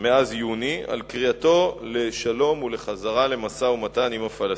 מאז יוני על קריאתו לשלום ולחזרה למשא-ומתן עם הפלסטינים.